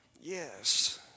Yes